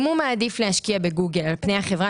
אם הוא מעדיף להשקיע בגוגל על פני החברה